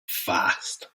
fast